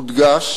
הודגש